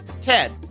Ted